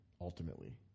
ultimately